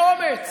באומץ,